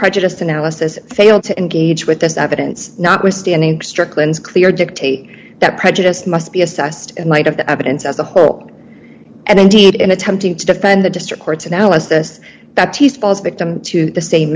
prejudiced analysis failed to engage with this evidence notwithstanding strickland's clear dictate that prejudiced must be assessed in light of the evidence as a whole and indeed in attempting to defend the district court's analysis that he falls victim to the same